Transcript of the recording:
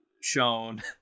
shown